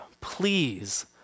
please